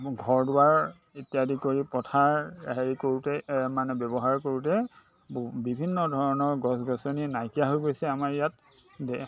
ঘৰ দুৱাৰ ইত্যাদি কৰি পথাৰ হেৰি কৰোঁতে মানে ব্যৱহাৰ কৰোঁতে বিভিন্ন ধৰণৰ গছ গছনি নাইকিয়া হৈ গৈছে আমাৰ ইয়াত